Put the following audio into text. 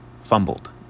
fumbled